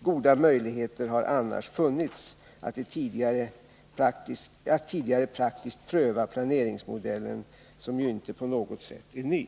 Goda möjligheter har annars funnits att tidigare praktiskt pröva planeringsmodellen, som ju inte på något sätt är ny.